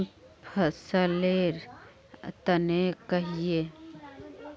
फसल लेर तने कहिए?